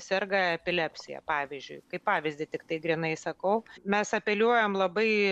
serga epilepsija pavyzdžiui kaip pavyzdį tiktai grynai sakau mes apeliuojam labai